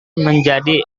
menjadi